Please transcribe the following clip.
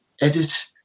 edit